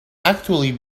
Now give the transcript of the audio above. actually